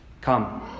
Come